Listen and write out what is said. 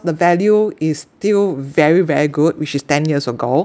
the value is still very very good which is ten years ago